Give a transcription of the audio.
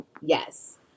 Yes